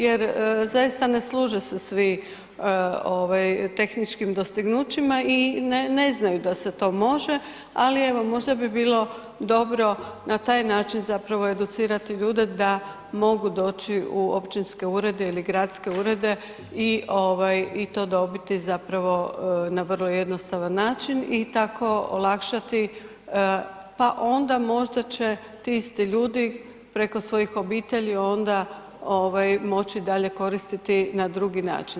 Jer zaista ne služe se svi tehničkim dostignućima i ne znaju da se to može ali evo možda bi bilo dobro na taj način zapravo educirati ljude da mogu doći u općinske urede ili gradske urede i to dobiti zapravo na vrlo jednostavan način i tako olakšati pa onda možda će ti isti ljudi preko svojih obitelji onda moći dalje koristiti na drugi način.